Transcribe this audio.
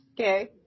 okay